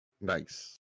Nice